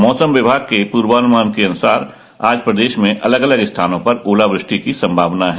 मौसम विभाग के पूर्वानुयान के अनुसार आज प्रदेश में अलग अलग स्थानों पर ओलावृष्टि की सम्भावना है